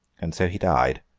and so he died,